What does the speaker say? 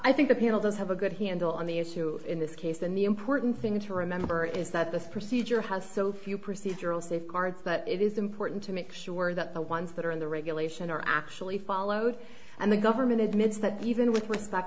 i think the panel does have a good handle on the issue in this case and the important thing to remember is that this procedure has so few procedural safeguards that it is important to make sure that the ones that are in the regulations are actually followed and the government admits that even with respect